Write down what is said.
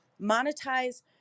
Monetize